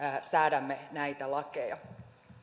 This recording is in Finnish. säädämme näitä lakeja